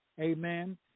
Amen